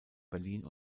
berlin